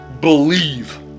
believe